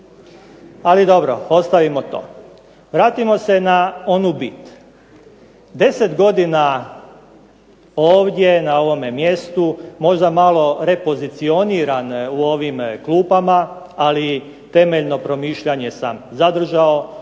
Ali dobro, ostavimo to. Vratimo se na onu bit. 10 godina ovdje na ovome mjestu, možda malo repozicioniran u ovim klupama, ali temeljno promišljanje sam zadržao,